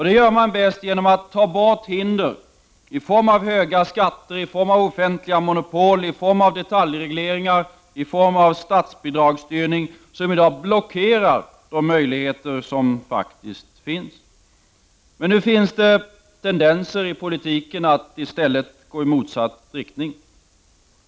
Det gör vi bäst genom att ta bort hinder i form av höga skatter, i form av offentliga monopol, i form av detaljreglering och i form av statsbidragsstyrning som i dag blockerar de möjligheter som faktiskt finns. Men nu finns det tendenser i politiken som tyder på en utveckling i motsatt riktning.